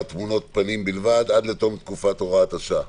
תמונות פנים בלבד עד תום תקופת הוראת השעה.